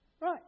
Right